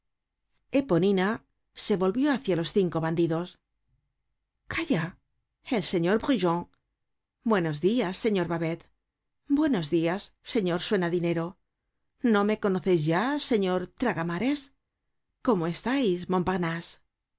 eponina se volvió hácia los cinco bandidos calla el señor brujon buenos dias señor babet buenos dias señor suena dinero no me conoceis ya señor traga mares cómo estais montparnase